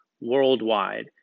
worldwide